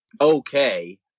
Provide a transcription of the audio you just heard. okay